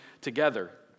together